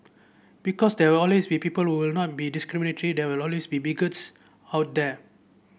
because there will always be people who will not be discriminatory there will always be bigots out there